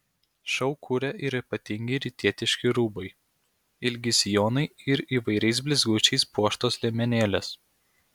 šou kuria ir ypatingi rytietiški rūbai ilgi sijonai ir įvairiais blizgučiais puoštos liemenėlės